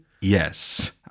Yes